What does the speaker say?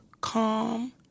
calm